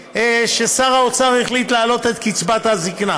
ששר האוצר החליט להעלות את קצבת הזקנה.